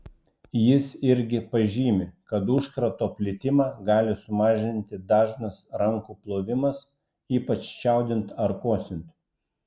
jis irgi pažymi kad užkrato plitimą gali sumažinti dažnas rankų plovimas ypač čiaudint ar kosint